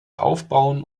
aufbauen